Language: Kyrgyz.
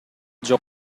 жок